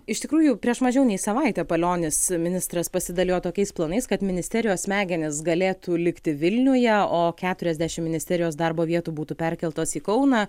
iš tikrųjų prieš mažiau nei savaitę palionis ministras pasidalijo tokiais planais kad ministerijos smegenys galėtų likti vilniuje o keturiasdešim ministerijos darbo vietų būtų perkeltos į kauną